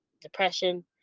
depression